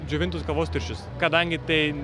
džiovintus kavos tirščius kadangi tai